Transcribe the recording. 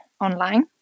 online